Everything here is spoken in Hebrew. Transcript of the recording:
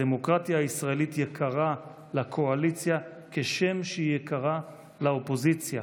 הדמוקרטיה הישראלית יקרה לקואליציה כשם שהיא יקרה לאופוזיציה.